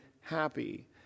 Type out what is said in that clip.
happy